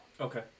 Okay